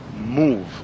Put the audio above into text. move